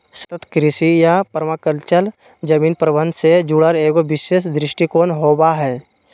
सतत कृषि या पर्माकल्चर जमीन प्रबन्धन से जुड़ल एगो विशेष दृष्टिकोण होबा हइ